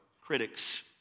critics